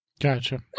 Gotcha